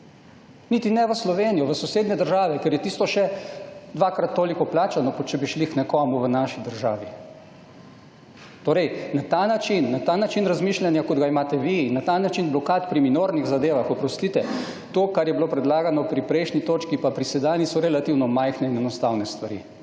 Niti ne v Slovenijo, v sosednje države, ker je tisto še dvakrat toliko plačano, kot če bi šli k nekomu v naši državi. Torej na ta način razmišljanja, kot ga imate vi, na ta način blokad pri minornih zadevah, oprostite, to kar je bilo predlagano pri prejšnji točki, pa pri sedanji so relativno majhne in enostavne stvari.